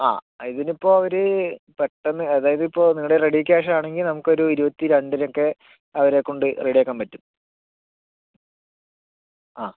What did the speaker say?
ആ ഇതിനിപ്പോൾ ഒരു പെട്ടെന്ന് അതായതിപ്പോൾ നിങ്ങളുടെ റെഡി ക്യാഷാണെങ്കിൽ നമുക്കൊരു ഇരുപത്തി രണ്ടിലൊക്കെ അവരെക്കൊണ്ട് റെഡിയാക്കാൻ പറ്റും ആ